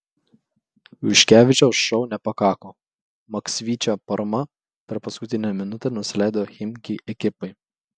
juškevičiaus šou nepakako maksvyčio parma per paskutinę minutę nusileido chimki ekipai